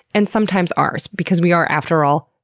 and sometimes ours, because we are, after all,